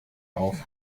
auf